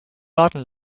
warten